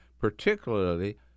particularly